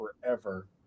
forever